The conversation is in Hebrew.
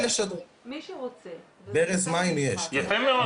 יפה מאוד.